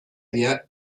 wie